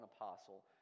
apostle